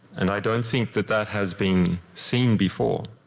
and i don't think that that has been seen before.